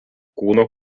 kūno